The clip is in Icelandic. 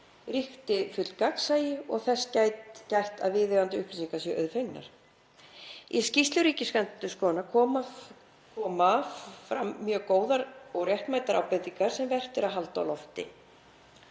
ríki fullt gagnsæi og þess gætt að viðeigandi upplýsingar séu auðfengnar. Í skýrslu Ríkisendurskoðunar koma fram mjög góðar og réttmætar ábendingar sem vert er að halda á lofti.